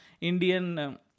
Indian